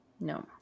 No